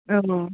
औ